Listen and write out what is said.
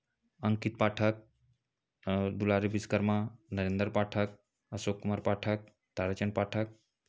Ankit Pathak Dulari Vishwakarma Narendra Pathak Ashok Kumar Pathak Tarachandra Pathak